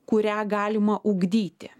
kurią galima ugdyti